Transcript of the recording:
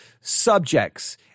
subjects